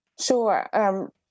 Sure